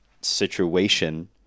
situation